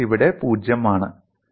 X ഇവിടെ 0 ആണ്